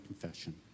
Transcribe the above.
confession